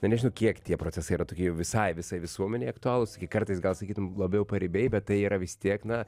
na nežinau kiek tie procesai yra tokie jau visai visai visuomenei aktualūs kartais gal sakytum labiau paribiai bet tai yra vis tiek na